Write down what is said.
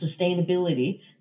sustainability